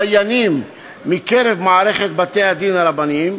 דיינים מקרב מערכת בתי-הדין הרבניים,